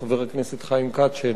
שאינו כאן אתנו כרגע.